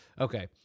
Okay